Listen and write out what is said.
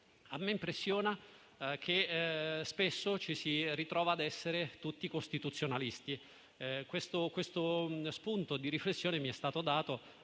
A me impressiona che spesso ci si ritrova ad essere tutti costituzionalisti. Questo spunto di riflessione mi è stato dato